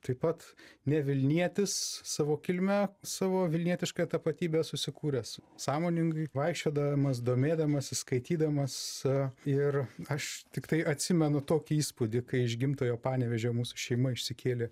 taip pat ne vilnietis savo kilmę savo vilnietišką tapatybę susikūręs sąmoningai vaikščiodamas domėdamasis skaitydamas ir aš tiktai atsimenu tokį įspūdį kai iš gimtojo panevėžio mūsų šeima išsikėlė